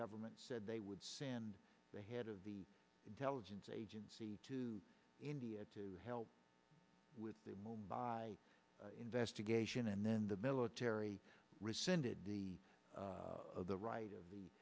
government said they would stand the head of the intelligence agency to india to help with by investigation and then the military rescinded the the right of the